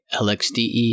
LXDE